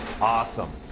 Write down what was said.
Awesome